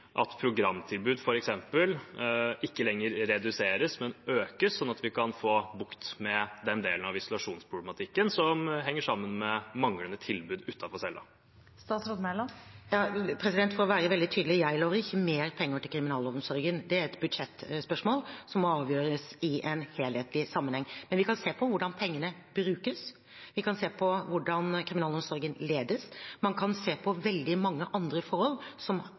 at programtilbud f.eks. ikke lenger reduseres, men økes, sånn at vi kan få bukt med den delen av isolasjonsproblematikken som henger sammen med manglende tilbud utenfor cella? For å være veldig tydelig: Jeg lover ikke mer penger til kriminalomsorgen. Det er et budsjettspørsmål som må avgjøres i en helhetlig sammenheng. Men vi kan se på hvordan pengene brukes. Vi kan se på hvordan kriminalomsorgen ledes. Man kan se på veldig mange andre forhold, som